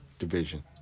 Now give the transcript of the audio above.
division